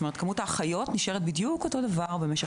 כמות האחיות נשארת בדיוק אותו דבר במשך